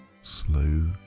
slow